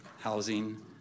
housing